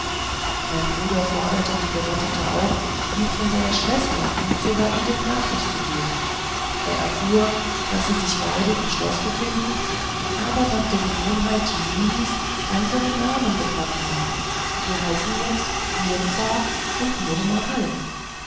mein bruder forderte die gerettete auf ihm von seiner schwester und zoraiden nachricht zu geben und erfuhr daß sie sich beide im schloß befinden aber nach der gewohnheit thiulis andere namen bekommen haben sie heißen jetzt mirzah und nurmahal